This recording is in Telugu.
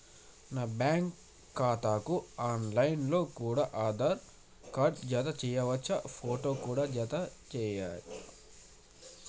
నా బ్యాంకు ఖాతాకు ఆన్ లైన్ లో కూడా ఆధార్ కార్డు జత చేయవచ్చా ఫోటో కూడా జత చేయాలా?